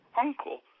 uncle